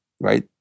right